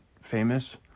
famous